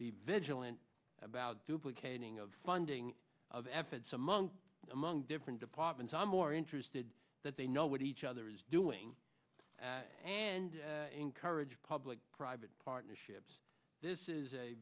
be vigilant about duplicating of funding of efforts among among different departments i'm more interested that they know what each other is doing and encourage public private partnerships this is a